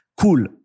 Cool